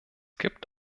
gibt